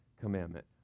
commandment